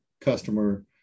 customer